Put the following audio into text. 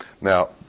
Now